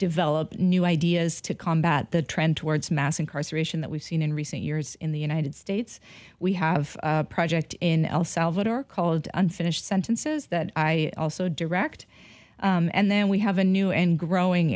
develop new ideas to combat the trend towards mass incarceration that we've seen in recent years in the united states we have a project in el salvador called unfinished sentences that i also direct and then we have a new and growing